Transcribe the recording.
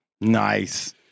Nice